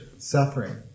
suffering